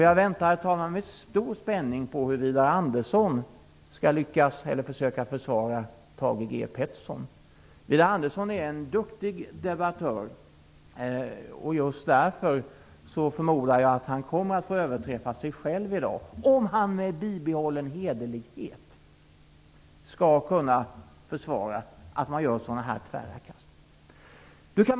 Jag väntar, herr talman, med stor spänning på hur Widar Andersson skall försöka försvara Thage Peterson. Widar Andersson är en duktig debattör, och just därför förmodar jag att han kommer att få överträffa sig själv i dag, om han med bibehållen hederlighet skall kunna försvara att man gör sådana här tvära kast.